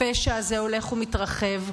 הפשע הזה הולך ומתרחב,